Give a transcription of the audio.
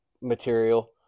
material